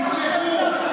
תתמכו,